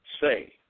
say